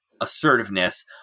assertiveness